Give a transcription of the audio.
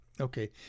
Okay